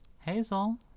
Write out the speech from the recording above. Hazel